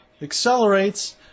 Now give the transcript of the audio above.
accelerates